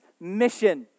mission